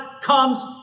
comes